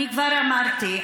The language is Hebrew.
אני כבר אמרתי,